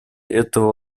этого